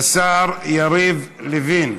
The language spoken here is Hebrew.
השר יריב לוין.